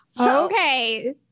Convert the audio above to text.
Okay